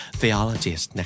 theologist